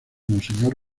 monseñor